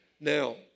Now